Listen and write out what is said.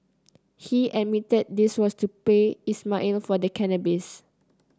he admitted this was to pay Ismail for the cannabis